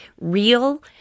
real